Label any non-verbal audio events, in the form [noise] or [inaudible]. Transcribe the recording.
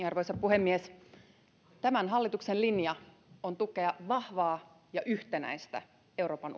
[unintelligible] arvoisa puhemies tämän hallituksen linja on tukea vahvaa ja yhtenäistä euroopan [unintelligible]